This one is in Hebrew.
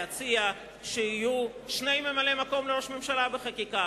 להציע שיהיו שני ממלאי-מקום לראש ממשלה בחקיקה,